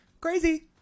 Crazy